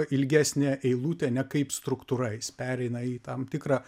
ilgesnė eilutė ne kaip struktūra jis pereina į tam tikrą